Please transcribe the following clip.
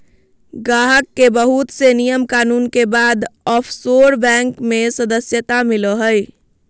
गाहक के बहुत से नियम कानून के बाद ओफशोर बैंक मे सदस्यता मिलो हय